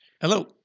hello